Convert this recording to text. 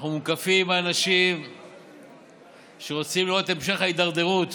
אנחנו מוקפים באנשים שרוצים לראות את המשך ההידרדרות